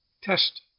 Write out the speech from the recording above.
test